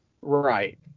right